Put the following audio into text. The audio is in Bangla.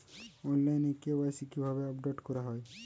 অনলাইনে কে.ওয়াই.সি কিভাবে আপডেট করা হয়?